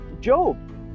Job